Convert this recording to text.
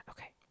Okay